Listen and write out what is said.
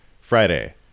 Friday